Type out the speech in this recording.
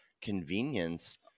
convenience